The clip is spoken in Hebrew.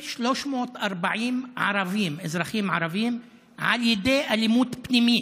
1,340 ערבים, אזרחים ערבים, על ידי אלימות פנימית.